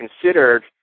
considered